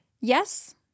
Yes